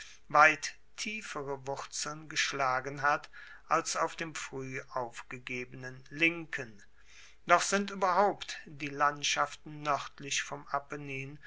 weit tiefere wurzeln geschlagen hat als auf dem frueh aufgegebenen linken doch sind ueberhaupt die landschaften noerdlich vom